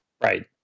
Right